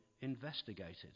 investigated